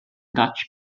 dutch